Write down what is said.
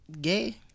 gay